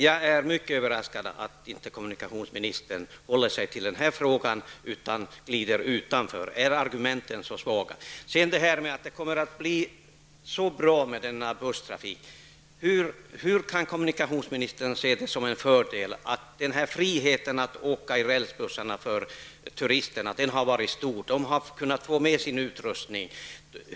Jag är mycket överraskad över att kommunikationsministern inte håller sig till den frågan utan glider utanför ämnet. Är argumenten så svaga? Kommunikationsministern säger att det kommer att bli så bra med den nya busstrafiken. Hur kan kommunikationsministern se det som en fördel? Friheten för turisterna som åkt med rälsbussarna har varit stor. De har kunnat få med sig sin utrustning.